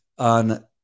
On